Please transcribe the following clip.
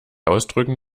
ausdrücken